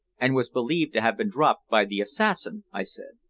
and was believed to have been dropped by the assassin, i said.